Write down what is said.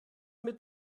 mit